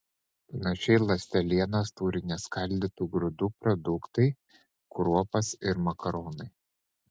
panašiai ląstelienos turi neskaldytų grūdų produktai kruopos ir makaronai